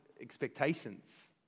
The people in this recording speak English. expectations